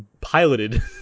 piloted